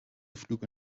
flüge